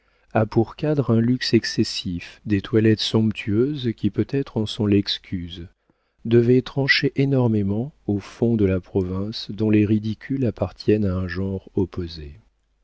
a pour cadre un luxe excessif des toilettes somptueuses qui peut-être en sont l'excuse devaient trancher énormément au fond de la province dont les ridicules appartiennent à un genre opposé